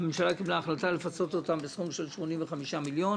הממשלה קיבלה החלטה לפצות אותם בסכום של 85 מיליון,